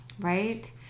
right